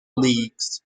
leagues